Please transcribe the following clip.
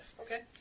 Okay